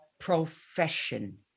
Profession